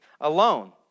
alone